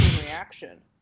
reaction